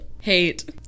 Hate